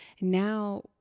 now